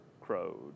crowed